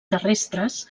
terrestres